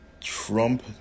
Trump